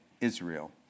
Israel